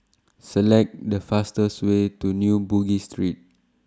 Select The fastest Way to New Bugis Street